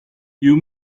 you